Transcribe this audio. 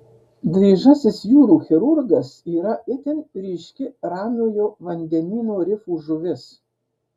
dryžasis jūrų chirurgas yra itin ryški ramiojo vandenyno rifų žuvis